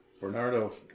Bernardo